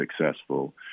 successful